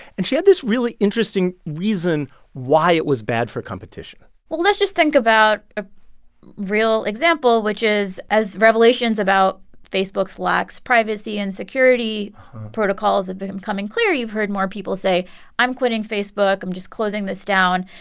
and she had this really interesting reason why it was bad for competition well, let's just think about a real example, which is as revelations about facebook's lax privacy and security protocols have been becoming clear, you've heard more people say i'm quitting facebook. i'm just closing this down.